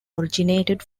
originated